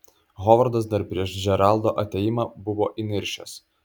hovardas dar prieš džeraldo atėjimą buvo įniršęs